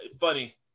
funny